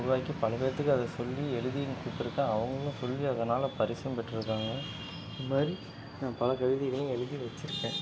உருவாக்கி பல பேர்த்துக்கு அத சொல்லி எழுதியும் கொடுத்துருக்கேன் அவங்களும் சொல்லி அதனால் பரிசும் பெற்றுருக்காங்க இது மாதிரி நான் பல கவிதைகளையும் எழுதி வச்சிருக்கேன்